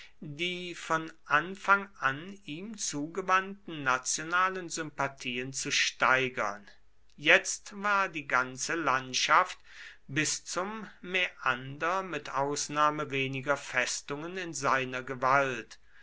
die von anfang an ihm zugewandten nationalen sympathien zu steigern jetzt war die ganze landschaft bis zum mäander mit ausnahme weniger festungen in seiner gewalt